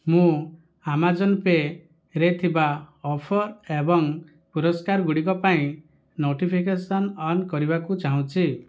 ମୁଁ ଆମାଜନ୍ ପେ'ରେ ଥିବା ଅଫର୍ ଏବଂ ପୁରସ୍କାରଗୁଡ଼ିକ ପାଇଁ ନୋଟିଫିକେସନ୍ ଅନ୍ କରିବାକୁ ଚାହୁଁଛି